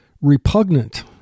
repugnant